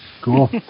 cool